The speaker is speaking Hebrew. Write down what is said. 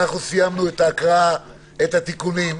אנחנו סיימנו את ההקראה, את התיקונים.